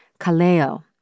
Caleo